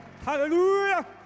Hallelujah